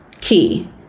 key